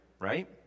right